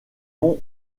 ont